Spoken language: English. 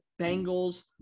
Bengals